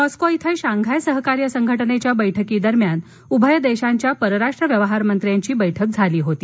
Moscow इथं Shanghai सहकार्य संघटनेच्या बैठकीदरम्यान उभय देशांच्या परराष्ट्र व्यवहारमंत्र्यांची बैठक झाली होती